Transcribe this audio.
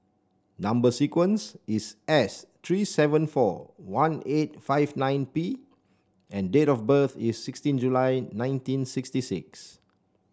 number sequence is S three seven four one eight five nine P and date of birth is sixteen July nineteen sixty six